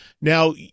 Now